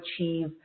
achieve